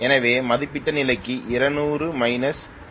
எனவே மதிப்பிடப்பட்ட நிலைக்கு 220 −2000